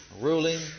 ruling